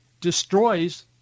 destroys